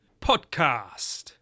podcast